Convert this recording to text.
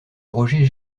roger